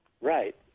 Right